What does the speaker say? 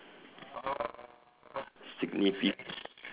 signifi~